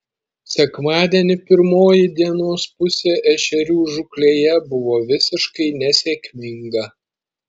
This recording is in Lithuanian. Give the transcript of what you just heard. sekmadienį pirmoji dienos pusė ešerių žūklėje buvo visiškai nesėkminga